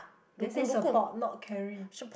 they say support not carry